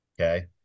Okay